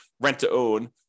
rent-to-own